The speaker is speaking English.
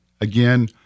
Again